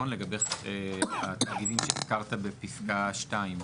לגבי התאגידים שהזכרת בפסקה 2,